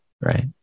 right